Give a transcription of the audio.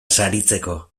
saritzeko